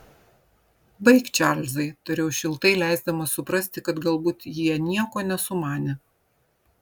baik čarlzai tariau šiltai leisdamas suprasti kad galbūt jie nieko nesumanė